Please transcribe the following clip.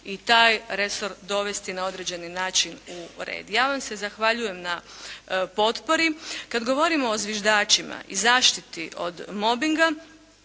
i taj resor dovesti na određeni način u red. Ja vam se zahvaljujem na potpori. Kada govorimo o zviždačima i zaštiti od mobinga,